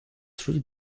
three